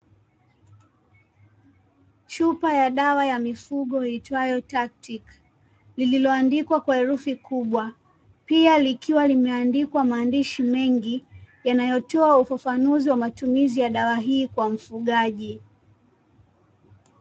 Chupa ya dawa ya mifugo iitwayo TACTIC lililo andikwa kwa herufi kubwa, pia likiwa limeandikwa maandishi mengi yanayo toa ufafanuzi wa matumizi ya dawa hii kwa mfugaji.